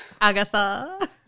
Agatha